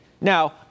Now